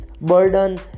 burden